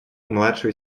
младшую